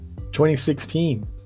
2016